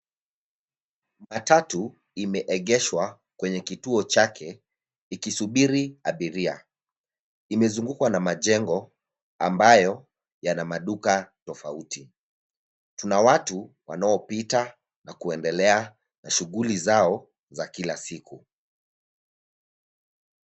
Matatu imeegeshwa kwenye kituo chake ikisubiri abiria. Imezungukwa na majengo ambayo yana maduka tofauti. Tuna watu wanaopita na kuendelea na shuguli zao za kila siku.